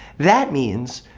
that means,